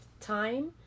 time